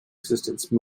existence